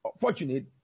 fortunate